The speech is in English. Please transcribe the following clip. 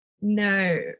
no